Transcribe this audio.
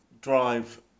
drive